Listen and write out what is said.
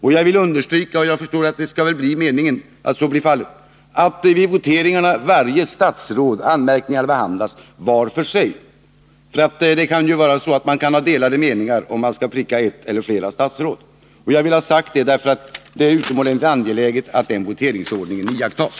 Jag vill understryka — och jag förstår att så också blir fallet — att vid omröstningarna varje statsråd bör behandlas var för sig när det gäller anmärkningarna. Det kan ju finnas olika meningar om huruvida man skall pricka ett eller flera statsråd. Jag har velat säga detta, eftersom det är utomordentligt angeläget att den voteringsordningen iakttas.